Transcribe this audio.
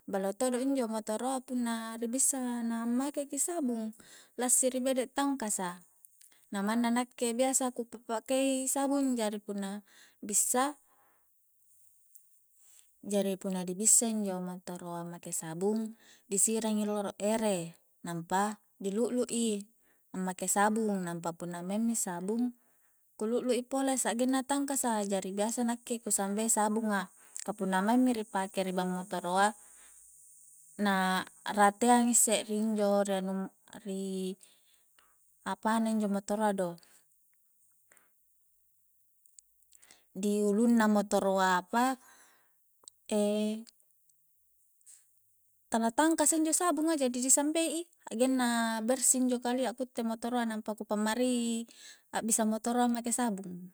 Ballo todo injo motoroa punna ri bissa na ammake ki sabung lassiri bede tangkasa na manna nakke biasa ku pa pakei sabung jari punna bissa jari punna dibissa injo motoroa make sabung disirangi loro ere nampa di lu'lui ammake sabung nampa punna maing mi sabung ku lu'lu i pole sa'genna tangkasa jari biasa nakke ku sambei sabunga ka punna maing mi ri pake ri bang motoro a na rateang isse ri injo-ri anu rii apana injo motoroa do diulunna motoroa apa tala tangkasa injo sabunga jadi disambei i hakgenna bersi injo kalia ku itte motoroa nampa ku pammari a'bissa motoroa make sabung